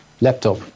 laptop